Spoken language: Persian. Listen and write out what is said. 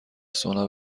سونا